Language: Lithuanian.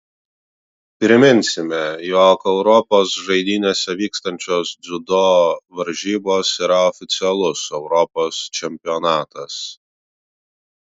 priminsime jog europos žaidynėse vykstančios dziudo varžybos yra oficialus europos čempionatas